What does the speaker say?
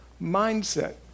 mindset